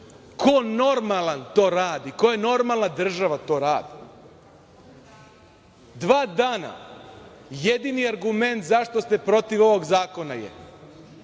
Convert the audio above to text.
Ko normalan to radi? Koja normalna država to radi? Dva dana, jedini argument zašto ste protiv ovog zakona je